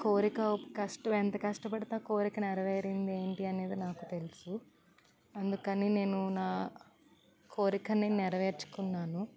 కోరిక కష్ట ఎంత కష్టపడితే ఆ కోరిక నెరవేరింది ఏంటి అనేది నాకు తెలుసు అందుకని నేను నా కోరికని నెరవేర్చుకున్నాను